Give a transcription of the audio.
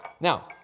Now